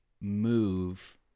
move